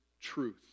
truth